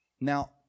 Now